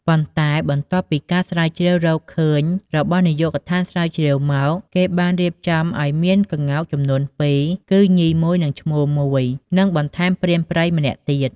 ប៉ុន្តែបន្ទាប់ពីការស្រាវជ្រាវរកឃើញរបស់នាយកដ្ឋានស្រាវជ្រាវមក គេបានរៀបចំឲ្យមានក្ងោកចំនួនពីរ គឺញីមួយ និងឈ្មោលមួយ និងបន្ថែមព្រានព្រៃម្នាក់ទៀត។